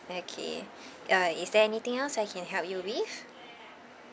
okay ya is there anything else I can help you with